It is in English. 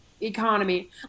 economy